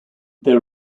their